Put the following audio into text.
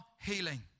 healing